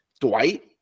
Dwight